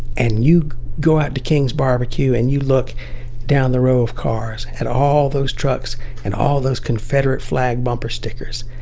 and you go out to king's barbecue, and you look down the row of cars at all those trucks and all those confederate flag bumper stickers.